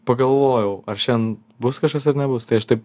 pagalvojau ar šiandien bus kažkas ar nebus tai aš taip